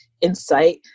insight